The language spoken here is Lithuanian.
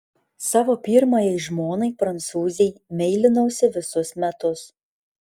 savo pirmajai žmonai prancūzei meilinausi visus metus